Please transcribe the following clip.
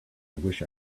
wish